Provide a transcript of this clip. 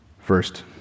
First